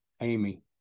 Amy